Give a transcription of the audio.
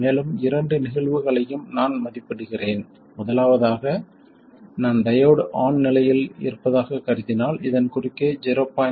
மேலும் இரண்டு நிகழ்வுகளையும் நான் மதிப்பிடுகிறேன் முதலாவதாக நான் டையோடு ஆன் நிலையில் இருப்பதாகக் கருதினால் இதன் குறுக்கே 0